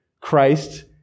Christ